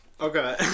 Okay